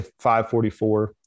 544